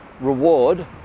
reward